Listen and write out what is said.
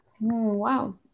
Wow